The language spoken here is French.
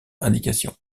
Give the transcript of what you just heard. indication